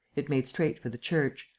it made straight for the church,